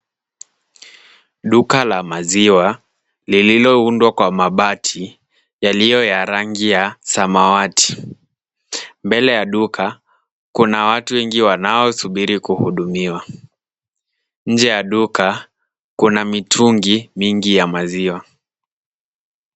Duka la maziwa lililoundwa kwa mabati yaliyo ya rangi ya samawati., Mbele ya duka kuna watu wengi wanaosubiri kuhudumiwa. Nje ya duka kuna mitungi mingi ya maziwa.